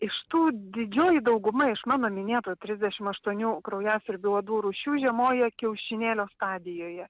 iš tų didžioji dauguma iš mano minėtų trisdešim aštuonių kraujasiurbių uodų rūšių žiemoja kiaušinėlio stadijoje